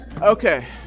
okay